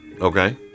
Okay